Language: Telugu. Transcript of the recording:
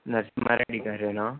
నరసింహారెడ్డి గారేనా